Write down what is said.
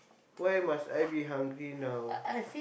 why must I be hungry now